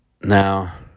Now